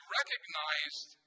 recognized